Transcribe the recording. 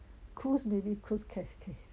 cruise maybe cruise can can